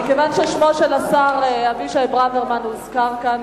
מכיוון ששמו של השר אבישי ברוורמן הוזכר כאן,